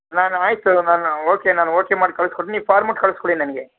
ನಾನು ಆಯಿತು ನಾನು ಓಕೆ ನಾನು ಓಕೆ ಮಾಡಿ ಕಳ್ಸ ಕೊಡ್ತೀನಿ ನೀವು ಫಾರ್ಮೇಟ್ ಕಳ್ಸ್ಕೊಡಿ ನನಗೆ